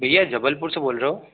भैया जबलपुर से बोल रहे हो